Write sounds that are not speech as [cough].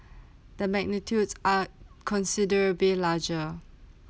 [breath] the magnitude are consider being larger